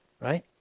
right